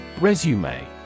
Resume